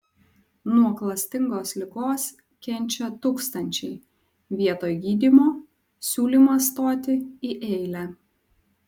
nuo klastingos ligos kenčia tūkstančiai vietoj gydymo siūlymas stoti į eilę